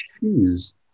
choose